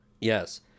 Yes